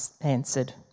answered